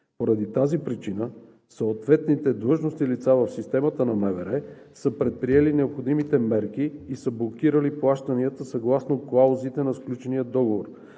Поради тази причина съответните длъжностни лица в системата на МВР са предприели необходимите мерки и са блокирали плащанията съгласно клаузите на сключения договор.